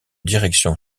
direction